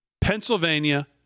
Pennsylvania